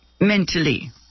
mentally